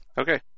Okay